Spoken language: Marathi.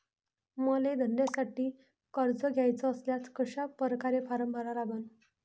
मले धंद्यासाठी कर्ज घ्याचे असल्यास कशा परकारे फारम भरा लागन?